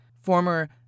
former